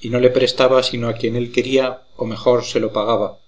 y no le prestaba sino a quien él quería o mejor se lo pagaba